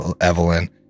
Evelyn